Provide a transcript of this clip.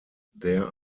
there